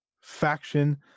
faction